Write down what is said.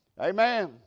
Amen